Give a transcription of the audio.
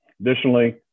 Additionally